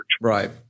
Right